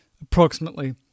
approximately